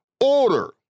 order